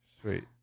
Sweet